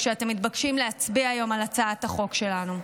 כשאתם מתבקשים להצביע היום על הצעת החוק שלנו.